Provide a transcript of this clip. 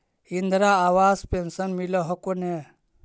Indira Awas pension मिल हको ने?